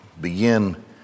begin